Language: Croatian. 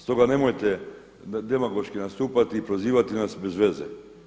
Stoga nemojte demagoški nastupati i prozivati nas bezveze.